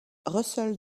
russell